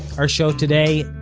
our show today,